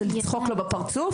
זה לצחוק לו בפרצוף,